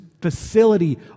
Facility